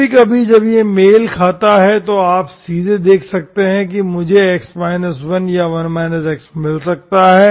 कभी कभी जब यह मेल खाता है तो आप सीधे देख सकते हैं कि मुझे x 1 या 1 x मिल सकता है